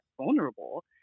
vulnerable